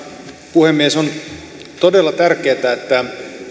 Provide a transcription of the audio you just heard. puhemies on todella tärkeätä että